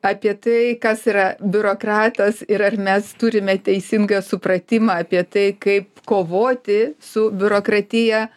apie tai kas yra biurokratas ir ar mes turime teisingą supratimą apie tai kaip kovoti su biurokratija